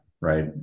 right